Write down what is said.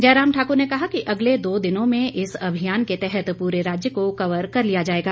जयराम ठाकुर ने कहा कि अगले दो दिनों में इस अभियान के तहत पूरे राज्य को कवर कर लिया जाएगा